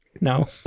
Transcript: No